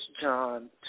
John